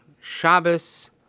Shabbos